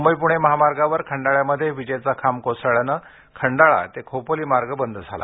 मुंबई पुणे महामार्गावर खंडाळ्यामध्ये विजेचा खांब कोसळल्याने खंडाळा ते खोपोली मार्ग बंद झाला